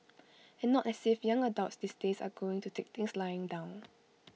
and not as if young adults these days are going to take things lying down